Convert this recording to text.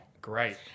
Great